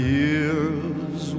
years